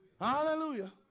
Hallelujah